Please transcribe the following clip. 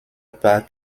park